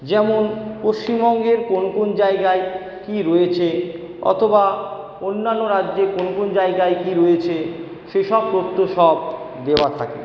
যেমন পশ্চিমবঙ্গের কোন কোন জায়গায় কি রয়েছে অথবা অন্যান্য রাজ্যে কোন কোন জায়গায় কি রয়েছে সে সব তথ্য সব দেওয়া থাকে